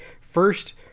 first